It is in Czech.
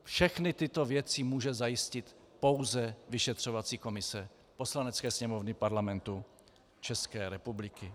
Všechny tyto věci může zajistit pouze vyšetřovací komise Poslanecké sněmovny Parlamentu České republiky.